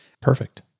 Perfect